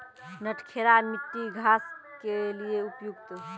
नटखेरा मिट्टी घास के लिए उपयुक्त?